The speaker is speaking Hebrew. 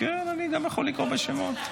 לא צריך להקריא את כל הדוברים.